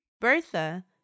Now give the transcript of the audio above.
Bertha